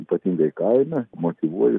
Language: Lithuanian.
ypatingai kaina motyvuoji